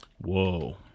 Whoa